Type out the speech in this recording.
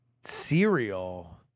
cereal